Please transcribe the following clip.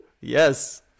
Yes